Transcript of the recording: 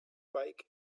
bike